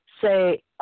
say